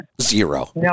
Zero